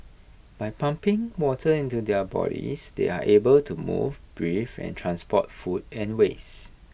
by pumping water into their bodies they are able to move breathe and transport food and waste